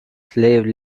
slave